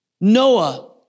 Noah